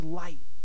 light